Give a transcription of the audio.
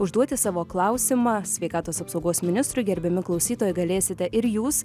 užduoti savo klausimą sveikatos apsaugos ministrui gerbiami klausytojai galėsite ir jūs